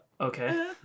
Okay